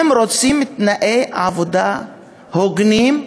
הן רוצות תנאי עבודה הוגנים,